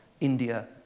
India